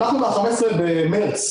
אנחנו מה-15 במרץ,